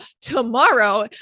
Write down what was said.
tomorrow